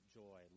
joy